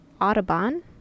Audubon